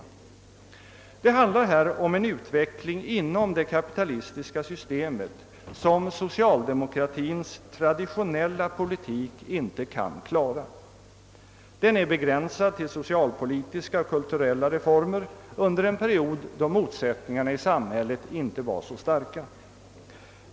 Det handlar här om en utveckling inom det kapitalistiska systemet som socialdemokratiens traditionella politik inte kan klara. Den är begränsad till socialpolitiska och kulturella reformer under en period då motsättningarna icke var så starka.